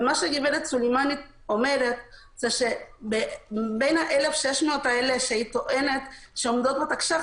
מה שגברת סולימני אומרת זה שבין ה-1,600 שהיא טוענת שעומדות בתקש"ח